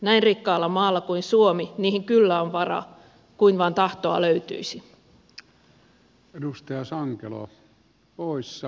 näin rikkaalla maalla kuin suomi niihin kyllä on varaa kun vain tahtoa löytyisi